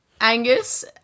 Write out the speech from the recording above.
Angus